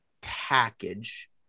package